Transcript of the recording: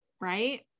Right